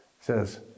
says